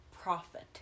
profit